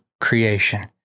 creation